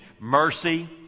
mercy